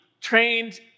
trained